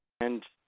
and